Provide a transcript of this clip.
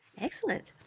Excellent